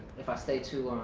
if i stay too